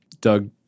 Doug